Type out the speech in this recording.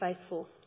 faithful